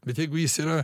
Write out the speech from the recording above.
bet jeigu jis yra